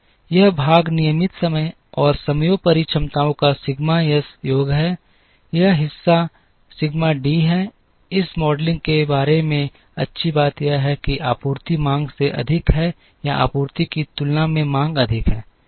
यह भाग नियमित समय और समयोपरि क्षमताओं का सिग्मा एस योग है यह हिस्सा सिग्मा डी है इस मॉडलिंग के बारे में अच्छी बात यह है कि आपूर्ति मांग से अधिक है या आपूर्ति की तुलना में मांग अधिक है